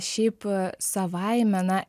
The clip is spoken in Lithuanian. šiaip savaime na